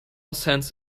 sense